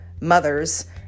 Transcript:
mothers